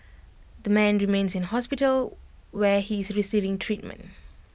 the man remains in hospital where he is receiving treatment